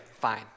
fine